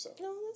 No